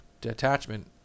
detachment